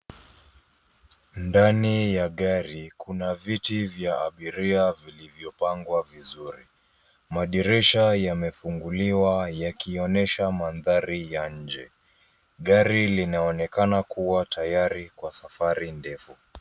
Ndani ya gari kuna viti vya abiria vilivyopangwa vizuri. Madirisha yamefunguliwa yakionyesha mandhari ya nje. Gari linaonekana kuwa tayari kwa safari ndefu.